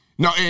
No